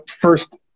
first